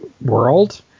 world